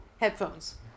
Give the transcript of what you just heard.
headphones